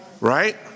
Right